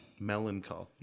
Melancholy